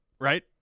right